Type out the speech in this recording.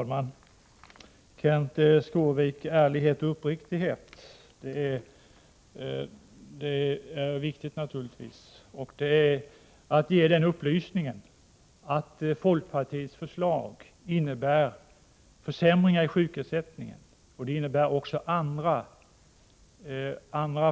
Fru talman! Det är naturligtvis viktigt, Kenth Skårvik, med ärlighet och uppriktighet. Det är ärligt och uppriktigt att ge den upplysningen att folkpartiets förslag innebär försämringar i sjukersättningen. Också andra